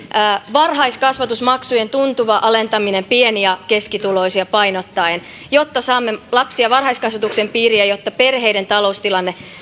varhaiskasvatusmaksujen tuntuva alentaminen pieni ja keskituloisia painottaen jotta saamme lapsia varhaiskasvatuksen piiriin ja jotta perheiden taloustilanne